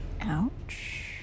Ouch